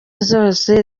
zose